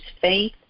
faith